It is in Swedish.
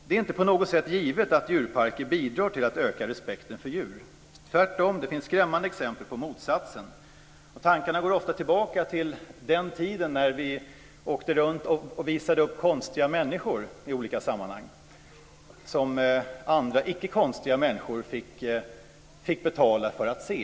Det är inte på något sätt givet att djurparker bidrar till att öka respekten för djur. Det finns tvärtom skrämmande exempel på motsatsen. Tankarna går ofta tillbaka till den tiden när vi åkte runt och visade upp konstiga människor i olika sammanhang som andra, icke konstiga, människor fick betala för att se.